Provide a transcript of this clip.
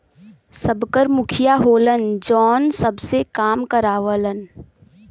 सबकर मुखिया होलन जौन सबसे काम करावलन